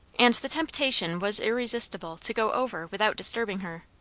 and the temptation was irresistible to go over without disturbing her.